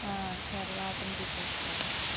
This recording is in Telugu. సరే అతనికి ఇచ్చేస్తాను